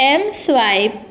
Mswipe